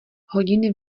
hodiny